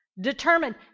Determined